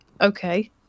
okay